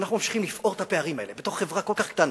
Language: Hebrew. ואנחנו ממשיכים לפעור את הפערים האלה בתוך חברה כל כך קטנה,